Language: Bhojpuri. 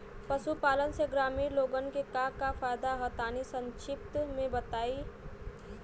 पशुपालन से ग्रामीण लोगन के का का फायदा ह तनि संक्षिप्त में बतावल जा?